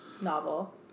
Novel